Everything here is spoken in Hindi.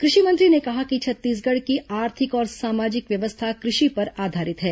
कृषि मंत्री ने कहा कि छत्तीसगढ़ की आर्थिक और सामाजिक व्यवस्था कृषि पर आधारित है